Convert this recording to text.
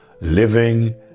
living